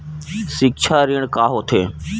सिक्छा ऋण का होथे?